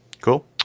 cool